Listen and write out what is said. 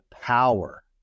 power